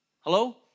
Hello